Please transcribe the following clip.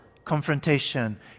Confrontation